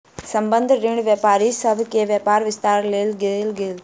संबंद्ध ऋण व्यापारी सभ के व्यापार विस्तारक लेल देल गेल